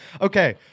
Okay